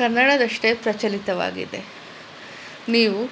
ಕನ್ನಡದಷ್ಟೇ ಪ್ರಚಲಿತವಾಗಿದೆ ನೀವು